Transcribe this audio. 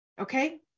okay